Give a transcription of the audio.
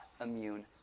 immune